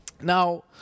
Now